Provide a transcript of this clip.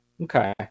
Okay